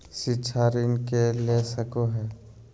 शिक्षा ऋण के ले सको है?